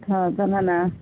हा चला ना